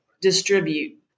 distribute